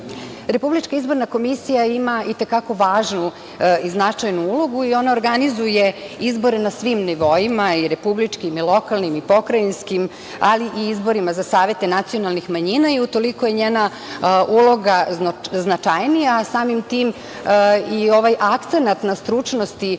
izborima. Republička izborna komisija ima i te kako važnu i značajnu ulogu i ona organizuje izbore na svim nivoima i republičkim, i lokalnim, i pokrajinskim, ali i izborima za savete nacionalnih manjina i u toliko je njena uloga značajnija, a samim tim i ovaj akcenat na stručnosti